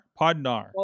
Podnar